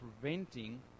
preventing